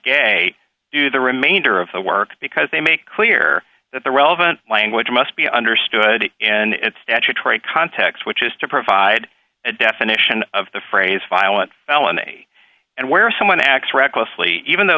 day do the remainder of the work because they make clear that the relevant language must be understood in its statutory context which is to provide a definition of the phrase violent felony and where someone acts recklessly even though